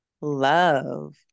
love